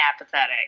apathetic